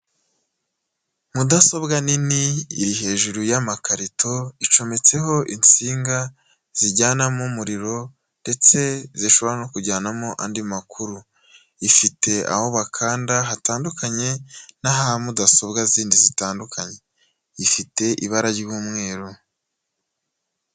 Mudasobwa nini iri hejuru y'amakarito icometseho insinga zijyanamo umuriro ndetse zishobora no kujyanamo andi makuru, ifite aho bakanda hatandukanye naha mudasobwa zindi zitandukanye, ifite ibara ry'umweru.